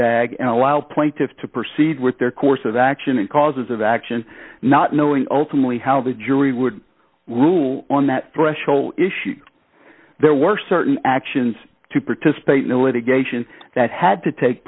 and allow plaintiffs to proceed with their course of action and causes of action not knowing ultimately how the jury would rule on that threshold issue there were certain actions to participate millett a geisha and that had to take